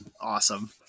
awesome